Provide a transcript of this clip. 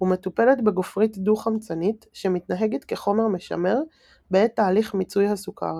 ומטופלת בגופרית דו-חמצנית שמתנהגת כחומר משמר בעת תהליך מיצוי הסוכר.